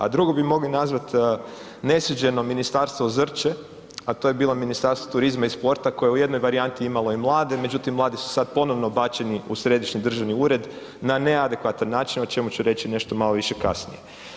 A drugo bi mogli nazvati nesuđeno ministarstvo Zrće, a to je bilo Ministarstvo turizma i sporta, koje je u jednoj varijanti imalo i mlade, međutim, mladi su sad ponovno bačeni u središnji državni ured, na neadekvatan način, o čemu ću reći nešto malo više kasnije.